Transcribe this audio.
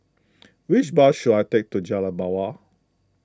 which bus should I take to Jalan Mawar